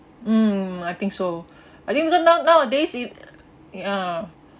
mm I think so I think now now nowadays is ya